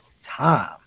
time